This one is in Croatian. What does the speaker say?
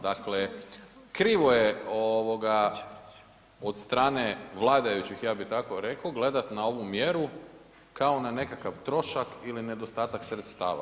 Dakle krivo je od strane vladajućih, ja bih tako rekao gledati na ovu mjeru, kao na nekakav trošak ili nedostatak sredstava.